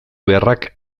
beharrak